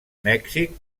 mèxic